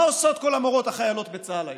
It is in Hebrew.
מה עושות כל המורות החיילות בצה"ל היום?